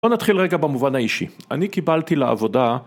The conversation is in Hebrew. בוא נתחיל רגע במובן האישי, אני קיבלתי לעבודה